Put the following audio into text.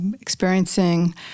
experiencing